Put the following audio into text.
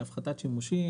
להפחתת שימושים,